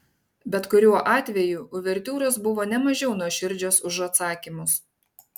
bet kuriuo atveju uvertiūros buvo ne mažiau nuoširdžios už atsakymus